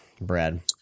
Brad